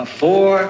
four